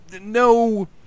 No